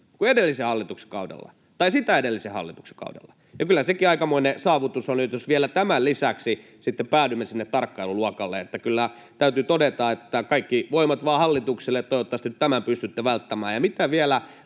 kuin edellisen hallituksen kaudella tai sitä edellisen hallituksen kaudella. Kyllä sekin aikamoinen saavutus on, jos vielä tämän lisäksi sitten päädymme sinne tarkkailuluokalle. Kyllä täytyy todeta, että kaikki voimat vaan hallitukselle — toivottavasti tämän pystytte välttämään. Mitä vielä